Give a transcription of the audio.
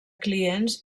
clients